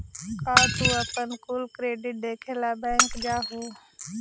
का तू अपन कुल क्रेडिट देखे ला बैंक जा हूँ?